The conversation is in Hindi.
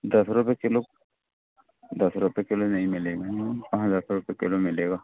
दस रुपए किलो दस रुपए किलो नहीं मिलेगा मैम कहाँ दस रुपए किलो मिलेगा